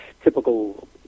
typical